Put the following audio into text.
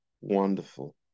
wonderful